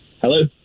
Hello